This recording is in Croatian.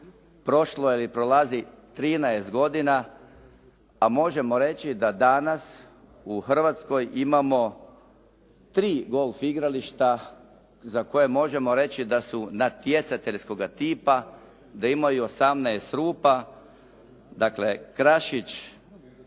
prošlo je i prolazi 13 godina, a možemo reći da danas u Hrvatskoj imamo 3 golf igrališta za koje možemo reći da su natjecateljskoga tipa, da imaju 18 rupa, dakle Krašić,